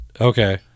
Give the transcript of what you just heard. Okay